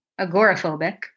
agoraphobic